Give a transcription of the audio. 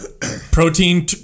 Protein